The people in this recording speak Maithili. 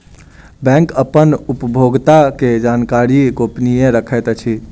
बैंक अपन उपभोगता के जानकारी गोपनीय रखैत अछि